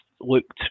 looked